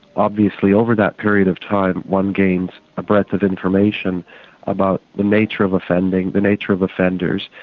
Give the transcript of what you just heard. obviously over that period of time one gains a breadth of information about the nature of offending, the nature of offenders,